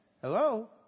hello